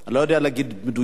אני לא יודע להגיד במדויק,